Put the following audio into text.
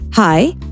Hi